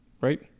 Right